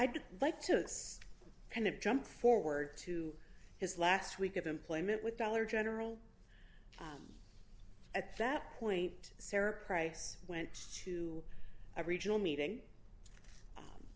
i'd like to kind of jump forward to his last week of employment with dollar general at that point sarah price went to a regional meeting